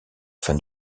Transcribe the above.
fin